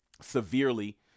severely